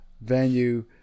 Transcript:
venue